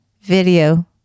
video